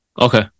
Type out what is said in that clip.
Okay